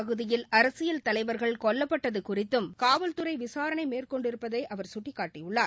பகுதியில் அரசியல் தலைவர்கள் கொல்லப்பட்டது குறித்தும் காவல் துறை விசாரணை மேற்கொண்டிருப்பதை அவர் கட்டிக்காட்டியுள்ளார்